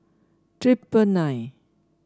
triple nine